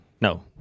no